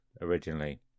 originally